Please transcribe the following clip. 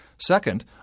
Second